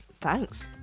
Thanks